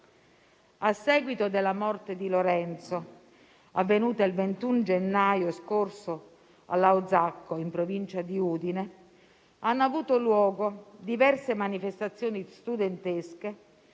A seguito della morte di Lorenzo, avvenuta il 21 gennaio scorso a Lauzacco, in provincia di Udine, hanno avuto luogo diverse manifestazioni studentesche